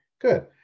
good